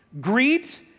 Greet